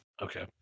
Okay